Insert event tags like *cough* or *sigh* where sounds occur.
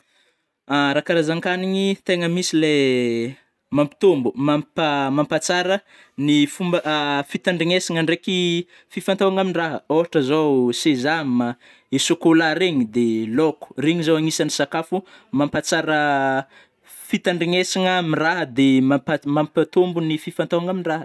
*hesitation* Ra karazankanigny tegna misy le *hesitation* mampitombo, mampatsara ny fomba *hesitation* fitandrignesana ndraiky fifantôhagna amindraha, ôhatra zao sesam a, chocolat regny, de lôko, regny zao agnisany sakafo mampatsara *hesitation* fitandrignesagna am raha de mampa-mampatômbo ny fifantôhagna am raha.